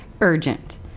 urgent